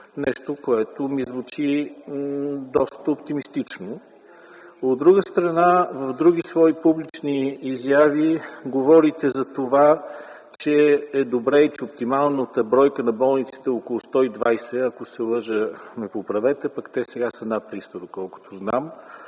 нещо, което ми звучи доста оптимистично. От друга страна, в други свои публични изяви, говорите затова, че е добре и че оптималната бройка на болниците е около 120, ако се лъжа – ме поправете, пък те сега са над 300, доколкото знам,